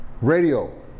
Radio